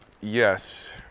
yes